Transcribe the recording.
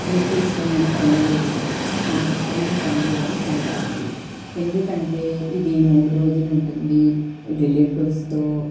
మీకిష్టమైన పండుగ ఏది నాకిష్టమైన పండుగ సంక్రాంతి ఎందుకంటే ఇది మూడు రోజులుంటుంది రిలేటీవ్స్తో